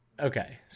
Okay